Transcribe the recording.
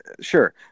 sure